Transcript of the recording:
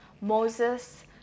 Moses